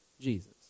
Jesus